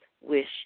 wish